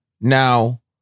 Now